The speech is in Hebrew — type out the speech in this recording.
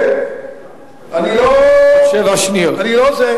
עוד שבע שניות.